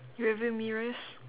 rear view mirrors